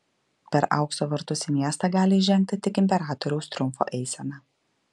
per aukso vartus į miestą gali įžengti tik imperatoriaus triumfo eisena